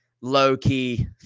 low-key